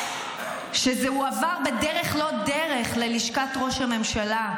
שזה הועבר בדרך לא דרך ללשכת ראש הממשלה,